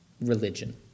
religion